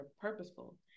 purposeful